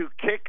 kick